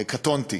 קטונתי.